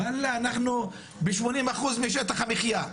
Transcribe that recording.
וואלה, אנחנו ב-80% משטח המחיה.